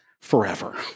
forever